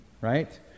Right